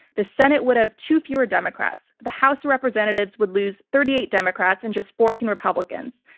the senate would have two fewer democrats, the house of representatives would lose thirty eight democrats and just fourteen republicans.